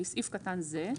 בסעיף קטן זה,